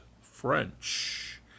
French